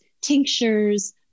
tinctures